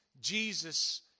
Jesus